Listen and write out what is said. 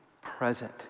present